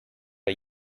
are